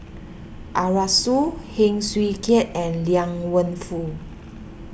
Arasu Heng Swee Keat and Liang Wenfu